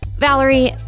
Valerie